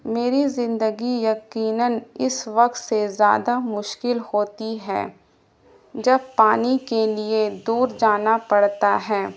میری زندگی یقیناً اس وقت سے زیادہ مشکل ہوتی ہے جب پانی کے لیے دور جانا پڑتا ہے